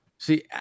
See